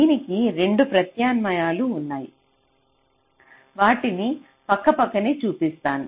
దీనికి 2 ప్రత్యామ్నాయాలు ఉన్నాయి వాటిని పక్కపక్కనే చూపిస్తున్నాను